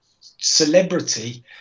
celebrity